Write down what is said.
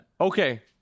Okay